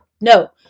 no